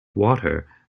water